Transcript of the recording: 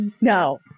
No